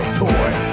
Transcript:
toy